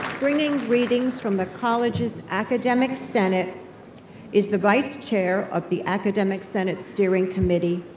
bringing greetings from the college's academic senate is the vice chair of the academic senate steering committee,